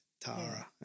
Tara